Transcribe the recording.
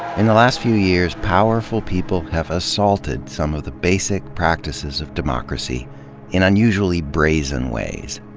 in the last few years, powerful people have assaulted some of the basic practices of democracy in unusually brazen ways.